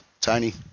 Tony